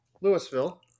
Louisville